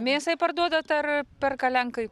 mėsai parduodat ar perka lenkai